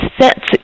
sets